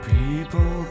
people